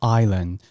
island